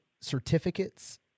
certificates